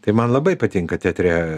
tai man labai patinka teatre